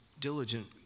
diligent